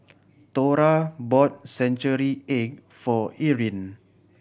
Thora bought century egg for Eryn